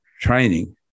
training